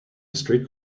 street